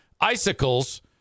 icicles